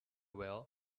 well